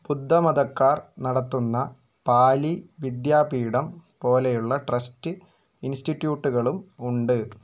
ബുദ്ധമതക്കാർ നടത്തുന്ന പാലി വിദ്യാപീഠം പോലെയുള്ള ട്രസ്റ്റ് ഇൻസ്റ്റിറ്റ്യൂട്ടുകളും ഉണ്ട്